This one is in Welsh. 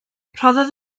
rhoddodd